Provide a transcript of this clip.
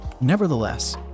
nevertheless